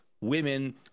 women